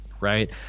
right